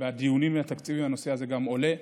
גם בדיונים התקציביים הנושא הזה עולה.